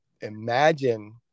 imagine